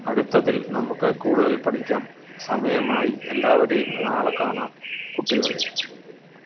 അടുത്തതിൽ നമുക്ക് കൂടുതൽ പഠിക്കാം സമയമായി എല്ലാവരെയും നാളെ കാണാം കുട്ടികളേ